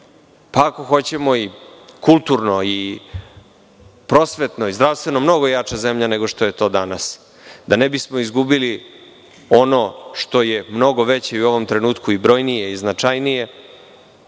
pa ako hoćemo, kulturno, prosvetno, zdravstveno mnogo jača zemlja nego što je to danas, da ne bismo izgubili ono što je mnogo veće, brojnije i značajnije